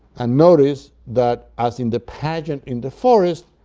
and notice that, as in the pageant in the forest,